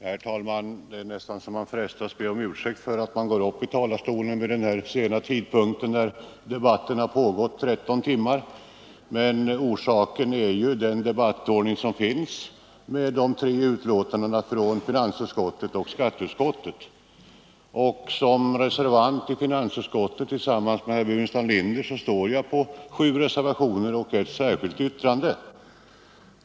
Herr talman! Det är nästan så att man frestas be om ursäkt för att man går upp i talarstolen vid den här sena tidpunkten, när debatten har pågått 13 timmar. Men orsaken är ju den debattordning som finns med de tre betänkandena från finansutskottet och skatteutskottet. Tillsammans med herr Burenstam Linder har jag fogat sju reservationer och ett särskilt yttrande vid finansutskottets betänkande.